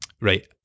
right